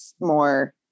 more